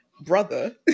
Brother